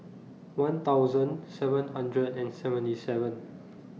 one thousand seven hundred and seventy seven